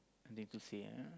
nothing to say ah